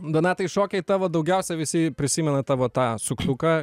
donatai šokiai tavo daugiausia visi prisimena tavo tą suktuką